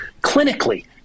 Clinically